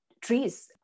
trees